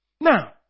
Now